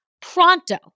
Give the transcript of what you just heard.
pronto